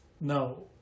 no